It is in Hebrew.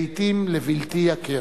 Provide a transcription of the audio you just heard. לעתים לבלי הכר.